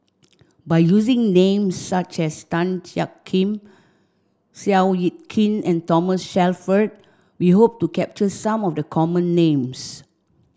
by using names such as Tan Jiak Kim Seow Yit Kin and Thomas Shelford we hope to capture some of the common names